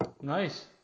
Nice